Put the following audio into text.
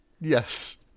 Yes